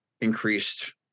increased